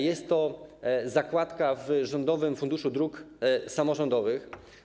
Jest to zakładka w rządowym Funduszu Dróg Samorządowych.